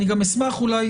אני גם אשמח אולי